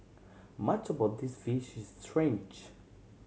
much about this fish is strange